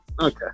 okay